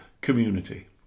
community